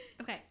Okay